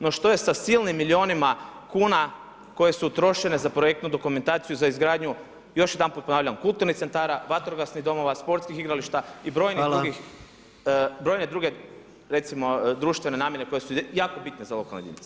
No što je sa silnim milijunima kuna koje su utrošene za projektnu dokumentaciju za izgradnju, još jedanput ponavljam kulturnih centara, vatrogasnih domova, sportskih igrališta i brojne druge recimo društvene namjene koje su jako bitne za lokalne jedinice.